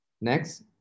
Next